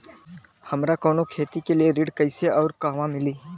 हमरा कवनो खेती के लिये ऋण कइसे अउर कहवा मिली?